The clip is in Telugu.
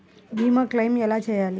భీమ క్లెయిం ఎలా చేయాలి?